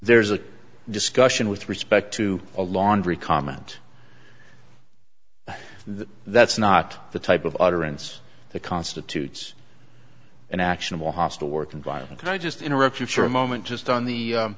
there's a discussion with respect to a laundry comment that that's not the type of utterance the constitutes an actionable hostile work environment can i just interrupt you for a moment just on the